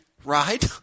Ride